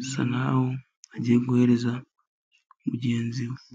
asa n'aho agiye guhereza mugenzi we.